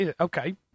Okay